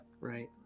right